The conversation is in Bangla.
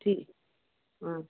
ঠিক হুম